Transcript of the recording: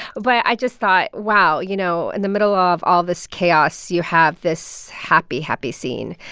but i just thought wow, you know, in the middle of all this chaos, you have this happy, happy scene.